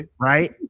right